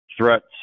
threats